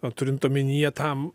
a turint omenyje tam